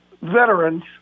veterans